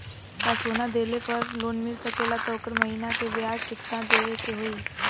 का सोना देले पे लोन मिल सकेला त ओकर महीना के ब्याज कितनादेवे के होई?